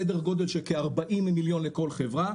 סדר גודל של כ-40 מיליון לכל חברה,